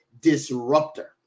disruptor